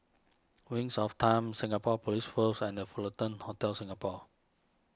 Wings of Time Singapore Police Force and the Fullerton Hotel Singapore